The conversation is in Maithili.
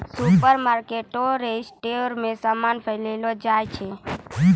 सुपरमार्केटमे स्टोर रो समान पैलो जाय छै